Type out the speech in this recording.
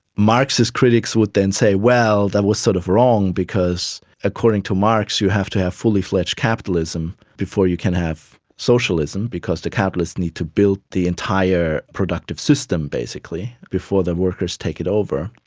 marxist critics would then say, well, that was sort of wrong because according to marx you have to have fully-fledged capitalism before you can have socialism because the capitalists need to build the entire productive system basically before the workers take it over,